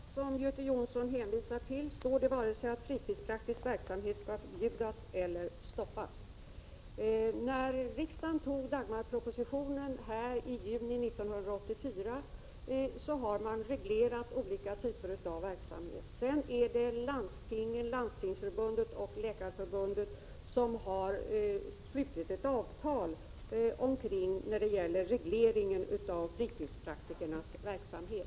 Herr talman! I det material som Göte Jonsson hänvisar till står det inte att fritidspraktik skall vare sig förbjudas eller stoppas. I och med att riksdagen antog Dagmarpropositionen i juni 1984 reglerades olika typer av verksamhet. Sedan har landstingen, Landstingsförbundet och Läkarförbundet slutit ett avtal om regleringen av fritidspraktikernas verksamhet.